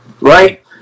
right